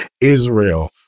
Israel